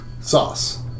sauce